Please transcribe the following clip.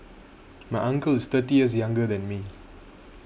my uncle is thirty years younger than me